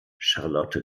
charlotte